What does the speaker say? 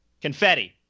confetti